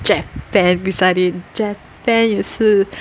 Japan beside it Japan 也是